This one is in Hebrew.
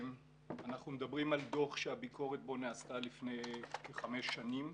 אנחנו מדברים על דוח שהביקורת בו נעשתה לפני חמש שנים,